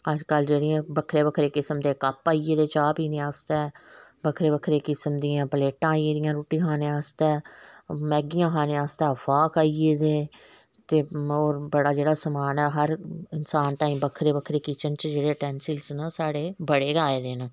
अज्जकल जेह्डियां बक्खरे बक्खरे किस्म दे कप आई गेदे चाह् पीने आस्तै बक्खरे बक्खरे किस्म दियां प्लेटां आई गेदियां रुट्टी खाने आस्तै मैगियां खाने आस्तै फोर्क आई गेदे ते होर बड़ा जेह्ड़ा समान ऐ हर इसान ताहीं बक्खरी बक्खरी किचन च जेह्डे़ स्टेनलेस न साढ़े बडे़ गै आए दे न